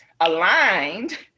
aligned